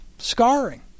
scarring